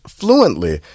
fluently